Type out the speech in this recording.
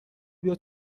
بیا